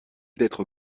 d’être